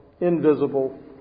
invisible